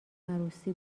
عروسی